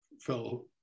fellow